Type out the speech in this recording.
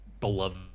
Beloved